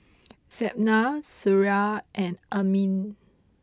Zaynab Suria and Amrin